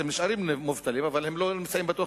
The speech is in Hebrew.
הם נשארים מובטלים אבל הם לא נמצאים בתוך